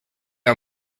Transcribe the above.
are